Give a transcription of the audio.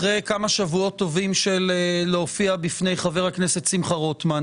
אחרי כמה שבועות של להופיע בפני חבר הכנסת שמחה רוטמן,